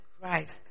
Christ